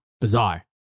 Bizarre